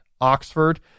Oxford